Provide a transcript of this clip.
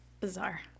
Bizarre